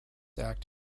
act